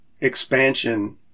expansion